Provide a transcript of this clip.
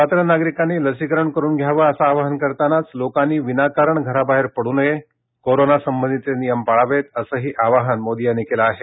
पात्र नागरिकांनी लसीकरण करून घ्यावं असं आवाहन करतानाच लोकांनी विनाकारण घराबाहेर पड्र नये कोरोना संबंधीचे नियम पाळावेत असंही आवाहन मोदी यांनी केलं आहे